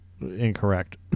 incorrect